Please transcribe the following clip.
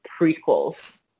prequels